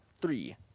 three